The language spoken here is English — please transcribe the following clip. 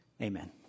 Amen